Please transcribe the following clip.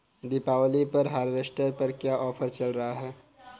दीपावली पर हार्वेस्टर पर क्या ऑफर चल रहा है?